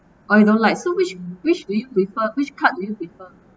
oh you don't like so which which do you prefer which card do you prefer